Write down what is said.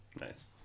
Nice